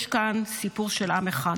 יש כאן סיפור של עם אחד.